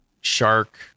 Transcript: shark